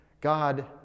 God